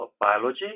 biology